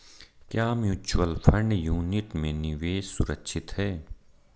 क्या mutual fund unit में निवेश सुरक्षित है?